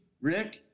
Rick